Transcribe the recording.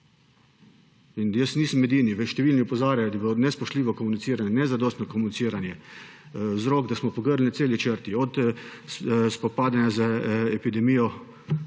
in nisem edini, številni opozarjajo, da je bilo nespoštljivo komuniciranje, nezadostno komuniciranje vzrok, da smo pogrnili na celi črti pri spopadanju z epidemijo.